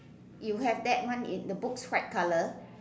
you have that one in the books white color